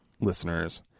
listeners